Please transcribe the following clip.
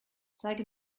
zeige